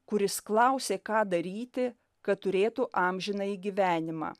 kuris klausė ką daryti kad turėtų amžinąjį gyvenimą